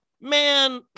Man